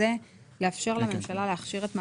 יהדות התורה,